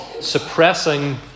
suppressing